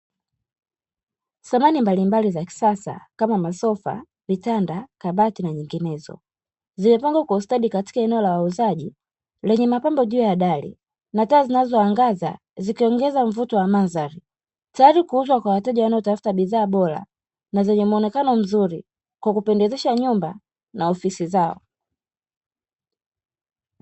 Samani mbali mbali za kisasa kama masofa vitanda kabaki na nyinginezo, zimepangwa kwa ustadi katika eneo la uuzaji, lenye makambo juu ya dari na taa zinazoangaza, zikiongeza mvuto wa mandhari tayari kuuzwa kwa wateja wanaotafuta bidhaa bora na zenye mwonekano mzuri kwa kupendezesha nyumba na ofisi zao.